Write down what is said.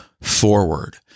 forward